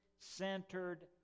centered